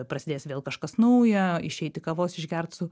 prasidės vėl kažkas nauja išeiti kavos išgert su